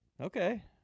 Okay